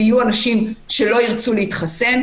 ויהיו אנשים שלא ירצו להתחסן.